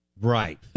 right